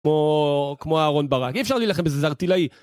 כמו... כמו אהרון ברק, אי אפשר להילחם בזה, זהרתילאי